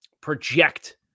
project